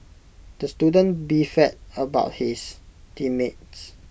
the student beefed about his team mates